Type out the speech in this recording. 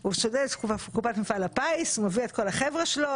הוא מביא את כול החבר'ה שלו,